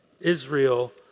Israel